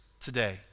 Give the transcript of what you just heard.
today